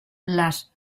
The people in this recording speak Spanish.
las